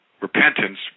repentance